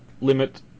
limit